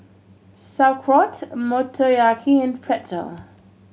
Sauerkraut Motoyaki and Pretzel